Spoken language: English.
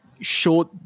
showed